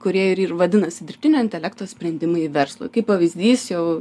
kurie ir ir vadinasi dirbtinio intelekto sprendimai verslui kaip pavyzdys jau